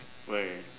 why